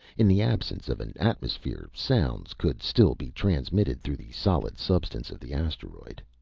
in the absence of an atmosphere, sounds could still be transmitted through the solid substance of the asteroid.